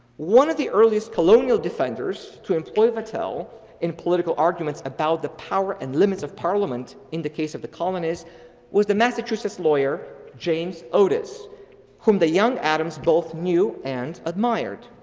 one of the earliest colonial defenders to employ vattel in political arguments about the power and limits of parliament in the case of the colonies was the massachusetts lawyer, james otis whom the young adams both knew and admired.